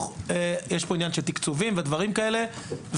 יש פה עניין של תקצובים והדבר הזה נפסק.